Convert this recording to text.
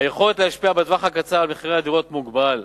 היכולת להשפיע בטווח הקצר על מחירי הדירות מוגבלת.